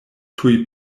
tuj